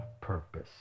purpose